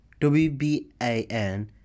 WBAN